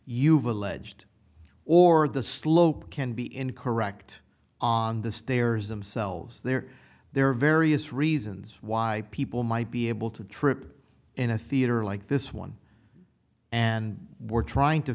you've alleged or the slope can be in correct on the stairs themselves there there are various reasons why people might be able to trip in a theater like this one and we're trying to